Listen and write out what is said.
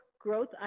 Growth